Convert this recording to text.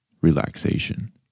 relaxation